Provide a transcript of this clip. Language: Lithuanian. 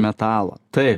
metalo tai